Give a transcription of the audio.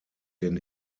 den